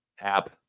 app